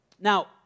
Now